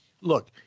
look